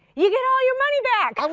you get all your money back.